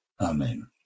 Amen